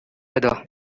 other